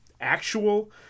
actual